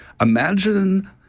imagine